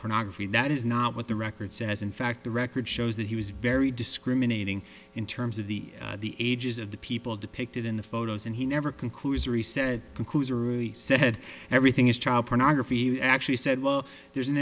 pornography that is not what the record says in fact the record shows that he was very discriminating in terms of the the ages of the people depicted in the photos and he never conclusory said everything is child pornography you actually said there's an